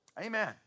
Amen